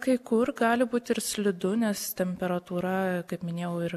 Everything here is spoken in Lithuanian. kai kur gali būt ir slidu nes temperatūra kaip minėjau ir